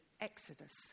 exodus